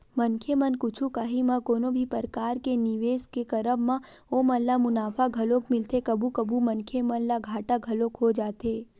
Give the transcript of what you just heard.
मनखे मन कुछु काही म कोनो भी परकार के निवेस के करब म ओमन ल मुनाफा घलोक मिलथे कभू कभू मनखे मन ल घाटा घलोक हो जाथे